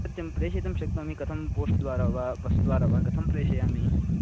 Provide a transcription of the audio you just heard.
सत्यं प्रेषयितुं शक्नोमि कथं पोस्ट् द्वारा वा बस् द्वारा वा कथं प्रेषयामि